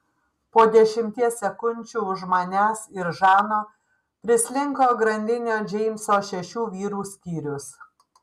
po dešimties sekundžių už manęs ir žano prislinko grandinio džeimso šešių vyrų skyrius